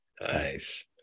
nice